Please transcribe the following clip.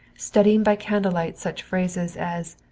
studying by candlelight such phrases as